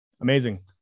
Amazing